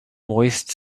moist